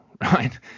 right